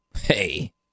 hey